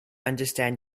understand